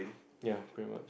ya pretty much